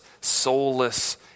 soulless